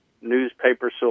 newspaper